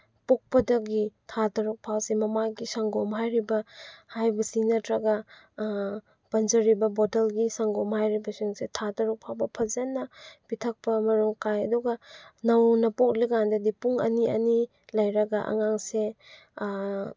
ꯄꯣꯛꯄꯗꯒꯤ ꯊꯥ ꯇꯔꯨꯛ ꯐꯥꯎꯁꯦ ꯃꯃꯥꯒꯤ ꯁꯪꯒꯣꯝ ꯍꯥꯏꯔꯤꯕ ꯍꯥꯏꯕꯁꯤ ꯅꯠꯇ꯭ꯔꯒ ꯄꯟꯖꯔꯤꯕ ꯕꯣꯇꯜꯒꯤ ꯁꯪꯒꯣꯝ ꯍꯥꯏꯔꯤꯕꯁꯤꯡꯁꯦ ꯊꯥ ꯇꯔꯨꯛ ꯐꯥꯎꯕ ꯐꯖꯅ ꯄꯤꯊꯛꯄ ꯃꯔꯥꯡ ꯀꯥꯏ ꯑꯗꯨꯒ ꯅꯧꯅ ꯄꯣꯛꯂꯤꯀꯥꯟꯗꯗꯤ ꯄꯨꯡ ꯑꯅꯤ ꯑꯅꯤ ꯂꯩꯔꯒ ꯑꯉꯥꯡꯁꯦ